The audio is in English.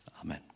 amen